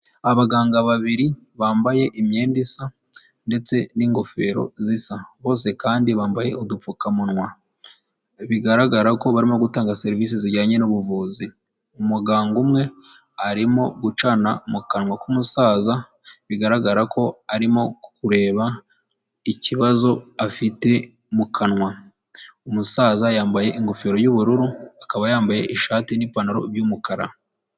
Abaganga babiri bambaye imyenda isa ndetse n'ingofero zisa, bose kandi bambaye udupfukamunwa. Bigaragara ko barimo gutanga serivisi zijyanye n'ubuvuzi, umuganga umwe arimo gucana mu kanwa k'umusaza, bigaragara ko arimo kureba ikibazo afite mu kanwa, umusaza yambaye ingofero y'ubururu, akaba yambaye ishati n'ipantaro by'umukara.